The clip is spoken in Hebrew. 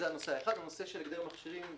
לגבי הנושא של הגדר מכשירים,